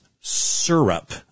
syrup